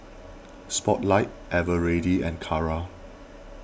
Spotlight Eveready and Kara